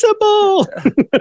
possible